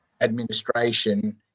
administration